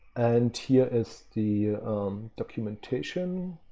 and here is the documentation.